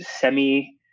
semi